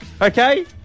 Okay